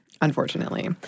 Unfortunately